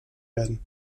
werden